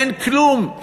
אין כלום,